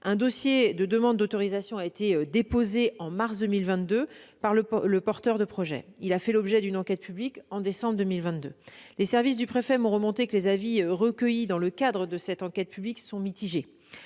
Un dossier de demande d'autorisation a été déposé en mars 2022 par le porteur de projet. Il a fait l'objet d'une enquête publique en décembre 2022. Les services du préfet m'ont fait savoir que les avis recueillis dans le cadre de cette enquête publique sont mitigés.